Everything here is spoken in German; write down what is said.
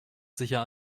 sicher